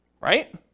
Right